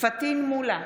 פטין מולא,